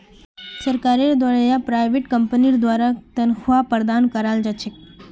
सरकारेर द्वारा या प्राइवेट कम्पनीर द्वारा तन्ख्वाहक प्रदान कराल जा छेक